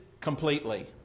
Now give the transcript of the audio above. completely